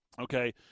Okay